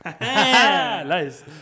Nice